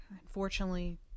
Unfortunately